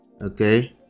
okay